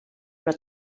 però